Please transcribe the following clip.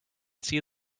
see